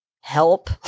help